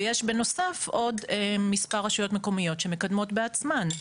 ויש בנוסף עוד מספר רשויות מקומיות שמקדמות בעצמן.